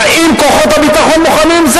האם כוחות הביטחון מוכנים?